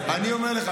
אני אומר לך,